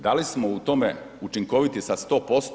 Da li smo u tom učinkoviti sa 100%